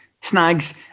snags